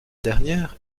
dernière